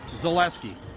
Zaleski